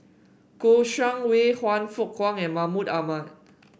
Kouo Shang Wei Han Fook Kwang and Mahmud Ahmad